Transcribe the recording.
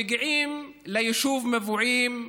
מגיעים ליישוב מבועים,